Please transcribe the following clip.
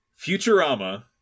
Futurama